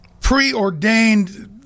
preordained